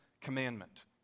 Commandment